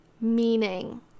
meaning